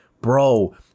Bro